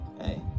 hey